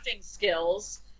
skills